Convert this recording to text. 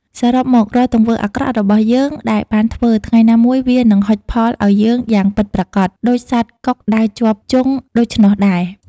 សរុបមក រាល់ទង្វើអាក្រក់របស់យើងដែលបានធ្វើ ថ្ងៃណាមួយវានឹងហុចផលអោយយើងយ៉ាងពិតប្រាកដ ដូចសត្វកុកដើរជាប់ជង់ដូច្នោះដេរ។